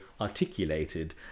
articulated